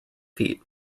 feet